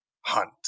hunt